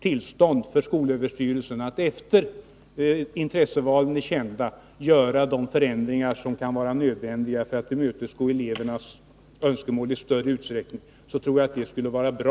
tillstånd för skolöverstyrelsen att efter det att intressevalen är kända göra de förändringar som kan vara nödvändiga för att tillmötesgå elevernas önskemål i större utsträckning, tror jag att det skulle vara bra.